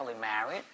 married